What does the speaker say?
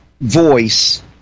voice